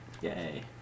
Yay